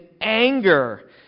anger